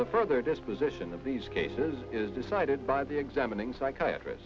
the further disposition of these cases is decided by the examining psychiatry